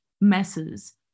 masses